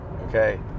Okay